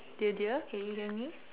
dear dear can you hear me